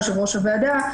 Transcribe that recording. יו"ר הוועדה,